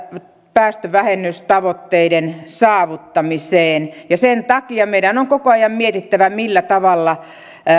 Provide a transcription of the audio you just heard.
päästövähennystavoitteiden saavuttamiseen ja sen takia meidän on koko ajan mietittävä millä tavalla